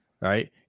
Right